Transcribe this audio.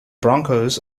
broncos